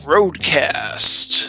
Roadcast